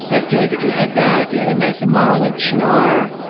i feel like if you had that, if you had a nice amaro like cynar,